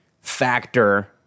factor